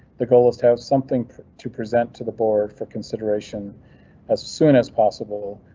the goal is to have something to present to the board for consideration as soon as possible,